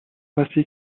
passé